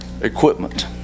equipment